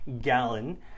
gallon